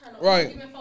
Right